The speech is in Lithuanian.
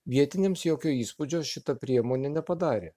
vietiniams jokio įspūdžio šita priemonė nepadarė